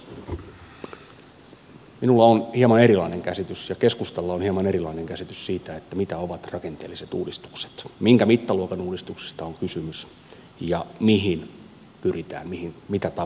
minulla on hieman erilainen käsitys ja keskustalla on hieman erilainen käsitys siitä mitä ovat rakenteelliset uudistukset minkä mittaluokan uudistuksesta on kysymys ja mihin pyritään mitä tavoitellaan